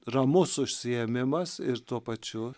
ramus užsiėmimas ir tuo pačiu